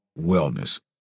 wellness